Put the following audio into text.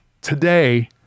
today